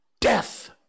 Death